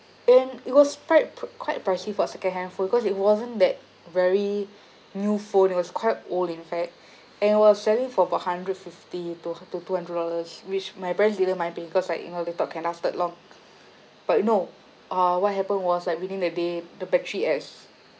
and it was pri~ pr~ quite pricey for a second hand phone because it wasn't that very new phone it was quite old in fact and was selling for about hundred fifty to to two hundred dollars which my parents didn't mind paying cause like you know they thought can lasted long but no uh what happened was like within the day the battery has